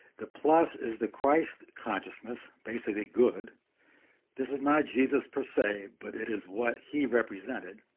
the plus is the christ consciousness basically good this is not jesus per se but it is what he represented.